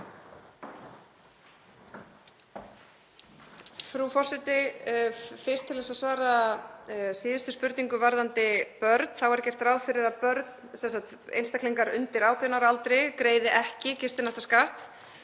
Frú forseti. Fyrst til að svara síðustu spurningu varðandi börn þá er ekki gert ráð fyrir að börn, einstaklingar undir 18 ára aldri, greiði gistináttaskatt.